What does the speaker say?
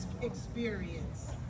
experience